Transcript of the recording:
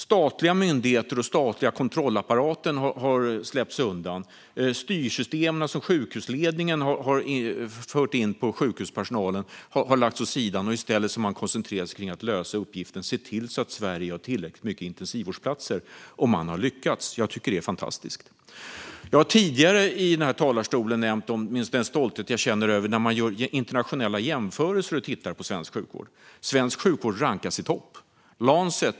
Statliga myndigheter och den statliga kontrollapparaten har hållits undan. Styrsystemen som sjukhusledningen har fört in till sjukhuspersonalen har lagts åt sidan. I stället har man koncentrerat sig på att lösa uppgiften att se till att Sverige har tillräckligt många intensivvårdsplatser. Och man har lyckats. Jag tycker att det är fantastiskt. Jag har tidigare i denna talarstol nämnt den stolthet som jag känner över de internationella jämförelser som har gjorts där man har tittat på svensk sjukvård. Svensk sjukvård rankas i topp.